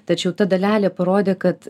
tačiau ta dalelė parodė kad